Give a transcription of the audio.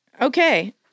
okay